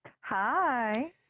Hi